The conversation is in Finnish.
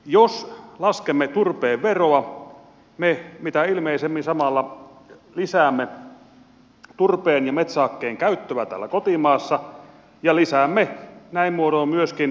jos laskemme turpeen veroa me mitä ilmeisimmin samalla lisäämme turpeen ja metsähakkeen käyttöä täällä kotimaassa ja lisäämme näin muodoin myöskin kotimaisia työpaikkoja